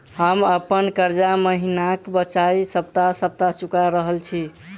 हम अप्पन कर्जा महिनाक बजाय सप्ताह सप्ताह चुका रहल छि